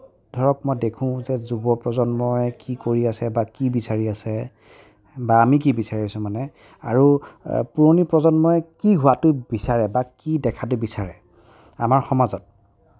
ধৰক মই দেখোঁ যে যুৱ প্ৰজন্মই কি কৰি আছে বা কি বিচাৰি আছে বা আমি কি বিচাৰি আছোঁ মানে আৰু পুৰণি প্ৰজন্মই কি হোৱাটো বিচাৰে বা কি দেখাটো বিচাৰে আমাৰ সমাজত